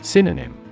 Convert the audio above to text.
Synonym